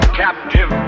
captive